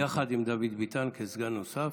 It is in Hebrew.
יחד עם דוד ביטן, כסגן נוסף,